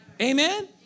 Amen